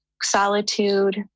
solitude